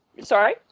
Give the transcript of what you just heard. Sorry